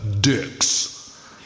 dicks